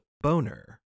Boner